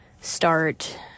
start